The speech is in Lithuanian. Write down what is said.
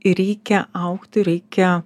reikia augti reikia